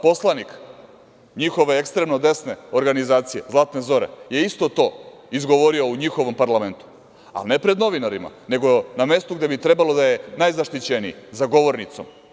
Poslanik njihove ekstremno desne organizacije „Zlatne zore“ je isto to izgovorio u njihovom parlamentu, ali ne pred novinarima, nego na mesto gde bi trebalo da je najzaštićenije, za govornicom.